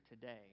today